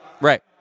Right